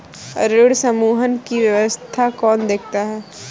ऋण समूहन की व्यवस्था कौन देखता है?